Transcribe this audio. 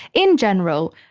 in general,